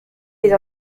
les